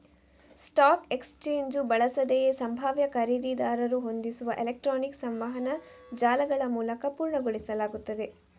stock exchange ಬಳಸದೆಯೇ ಸಂಭಾವ್ಯ ಖರೀದಿದಾರರು ಹೊಂದಿಸುವ ಎಲೆಕ್ಟ್ರಾನಿಕ್ ಸಂವಹನ ಜಾಲಗಳಮೂಲಕ ಪೂರ್ಣಗೊಳಿಸಲಾಗುತ್ತದೆ